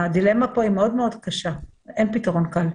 הדילמה פה היא מאוד קשה, אין פתרון קל.